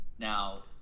Now